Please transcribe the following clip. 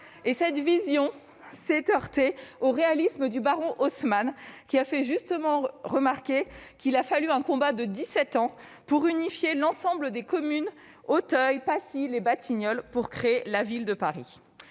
Marne-la-Vallée, s'est heurtée au réalisme du baron Haussmann, qui a fait justement remarquer qu'il avait fallu un combat de dix-sept ans pour unifier l'ensemble des communes d'Auteuil, de Passy ou des Batignolles et créer la ville de Paris.